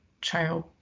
child